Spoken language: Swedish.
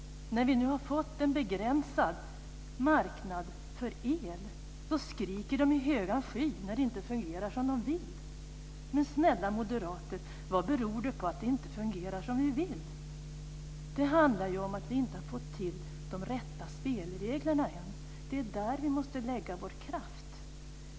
När vi nu har fått en begränsad marknad för el, skriker de i högan sky när det inte fungerar som de vill. Men snälla moderater, vad beror det på att det inte fungerar som vi vill? Det handlar ju om att vi inte har fått till de rätta spelreglerna än. Det är där vi måste lägga vår kraft.